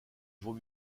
vaut